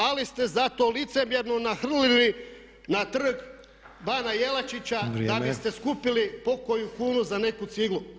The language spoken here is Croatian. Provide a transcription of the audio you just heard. Ali ste zato licemjerno nahrlili na trg Bana Jelačića da biste skupili pokoju kunu za neku ciglu.